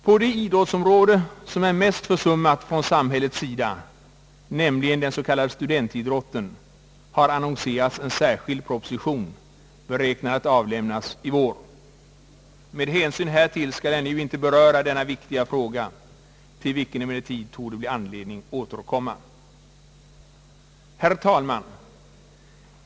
På det idrottsområde som torde vara mest försummat från samhällets sida, nämligen den s.k. studentidrotten, har annonserats en särskild proposition, beräknad att avlämnas i vår. Med hänsyn härtill skall jag inte nu beröra denna viktiga fråga, till vilken det emellertid torde bli anledning återkomma. Herr talman!